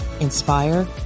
inspire